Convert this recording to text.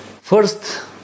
First